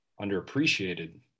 underappreciated